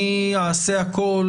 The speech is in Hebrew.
אני אעשה הכול,